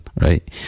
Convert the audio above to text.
right